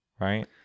right